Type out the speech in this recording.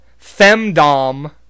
femdom